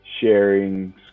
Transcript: sharing